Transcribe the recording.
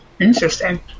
Interesting